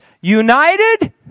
united